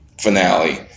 finale